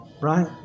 Right